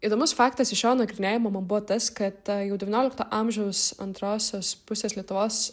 įdomus faktas iš šio nagrinėjimo man buvo tas kad ta jau devyniolikto amžiaus antrosios pusės lietuvos